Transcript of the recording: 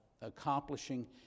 accomplishing